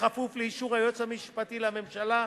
בכפוף לאישור היועץ המשפטי לממשלה,